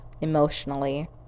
emotionally